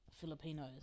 Filipinos